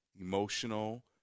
Emotional